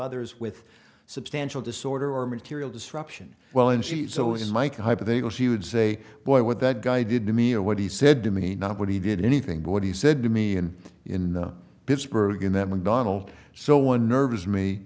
others with substantial disorder or material disruption well and she so is mike hypothetical she would say boy what that guy did to me or what he said to me not what he did anything but what he said to me and in pittsburgh and then when donald so one nervous me